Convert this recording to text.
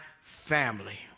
family